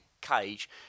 Cage